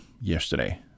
yesterday